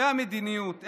קובעי המדיניות,